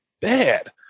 bad